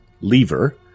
lever